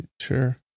Sure